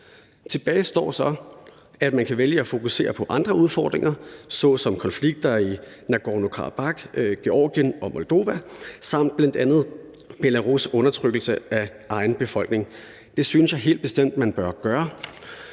Tilbage står så, at man kan vælge at fokusere på andre udfordringer såsom konflikter i Nagorno-Karabakh, Georgien og Moldova samt bl.a. Belarus' undertrykkelse af egen befolkning. Det synes jeg helt bestemt man bør gøre,